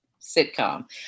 sitcom